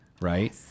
right